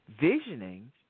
Visioning